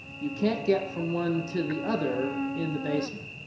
you can't get from one to the other in the basement.